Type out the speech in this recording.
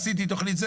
עשיתי תכניות,